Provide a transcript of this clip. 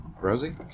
Rosie